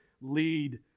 lead